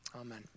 Amen